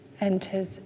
enters